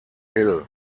hill